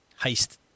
heist